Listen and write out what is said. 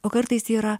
o kartais yra